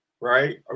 right